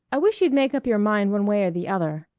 i wish you'd make up your mind one way or the other!